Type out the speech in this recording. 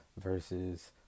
versus